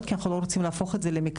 כי אנחנו לא רוצים להפוך את זה למקלט,